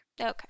okay